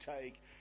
take